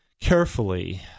carefully